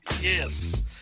Yes